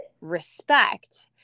respect